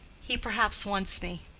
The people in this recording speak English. he perhaps wants me.